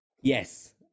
yes